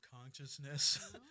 consciousness